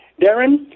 Darren